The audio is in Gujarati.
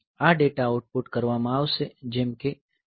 આ ડેટા આઉટપુટ કરવામાં આવશે જેમ કે જો આ D1 છે